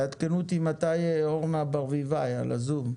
תעדכנו אותי מתי אורנה ברביבאי על הזום,